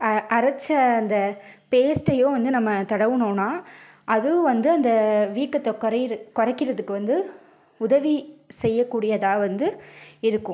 அரைத்த அந்த பேஸ்ட்டையோ வந்து நம்ம தடவினோம்னா அதுவும் வந்து அந்த வீக்கத்தை குறையுற குறைக்கிறதுக்கு வந்து உதவி செய்யக் கூடியதாக வந்து இருக்கும்